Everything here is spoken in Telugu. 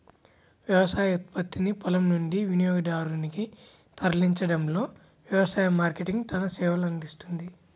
వ్యవసాయ ఉత్పత్తిని పొలం నుండి వినియోగదారునికి తరలించడంలో వ్యవసాయ మార్కెటింగ్ తన సేవలనందిస్తుంది